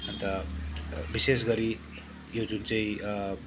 अन्त विशेष गरी यो जुन चाहिँ